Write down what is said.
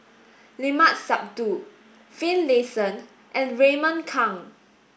Limat Sabtu Finlayson and Raymond Kang